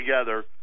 together